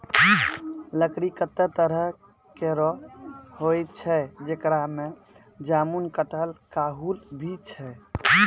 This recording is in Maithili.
लकड़ी कत्ते तरह केरो होय छै, जेकरा में जामुन, कटहल, काहुल भी छै